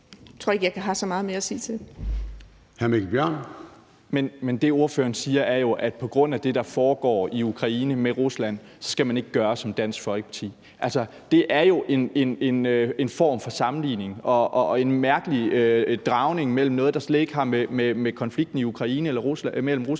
Hr. Mikkel Bjørn. Kl. 10:29 Mikkel Bjørn (DF): Men det, ordføreren siger, er jo, at på grund af det, der foregår i Ukraine med Rusland, skal man ikke gøre som Dansk Folkeparti. Det er jo en form for sammenligning og en mærkelig dragning mellem noget, der slet ikke har med konflikten mellem Rusland